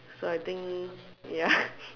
so I think ya